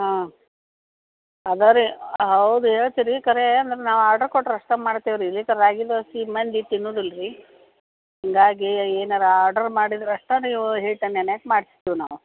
ಹಾಂ ಅದೇ ರೀ ಹೌದು ಹೇಳ್ತೀರಿ ಕರೆ ನಾವು ಆರ್ಡ್ರ್ ಕೊಟ್ಟರಷ್ಟೇ ಮಾಡ್ತೀವಿ ರೀ ಇಲ್ಲಿ ರಾಗಿ ದೋಸೆ ಮಂದಿ ತಿನ್ನೋದಿಲ್ಲ ರೀ ಹಾಗಾಗಿ ಏನಾರೂ ಆರ್ಡ್ರ್ ಮಾಡಿದ್ರಷ್ಟೆ ನೀವು ಹಿಟ್ಟು ನೆನೆಹಾಕಿ ಮಾಡ್ತೀವಿ ನಾವು